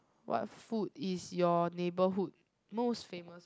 what food is your neighbourhood most famous